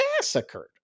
massacred